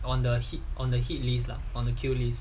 I wonder hit on the hit list lah on the kill list